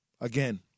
again